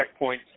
checkpoints